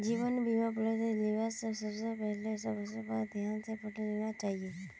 जीवन बीमार पॉलिसीस लिबा स पहले सबला बात ध्यान स पढ़े लेना चाहिए